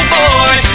boy